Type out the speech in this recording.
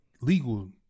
legal